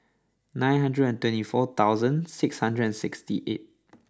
nine hundred and twenty four thousand six hundred and sixty eight